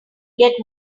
get